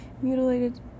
mutilated